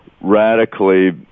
radically